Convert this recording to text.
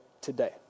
today